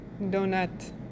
donut